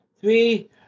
Three